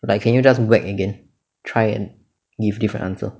like can you just whack again try and give different answer